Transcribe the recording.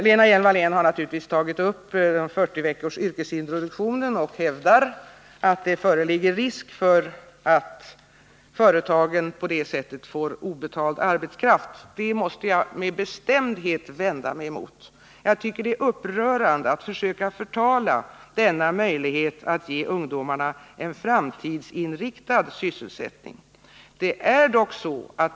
Lena Hjelm-Wallén har tagit upp förslaget om 40 veckors yrkesintroduktion och hävdar att det föreligger risk för att företagen på det sättet får obetald arbetskraft. Det måste jag med bestämdhet vända mig emot. Jag tycker att det är upprörande att försöka förtala denna möjlighet att ge ungdomar en framtidsinriktad sysselsättning.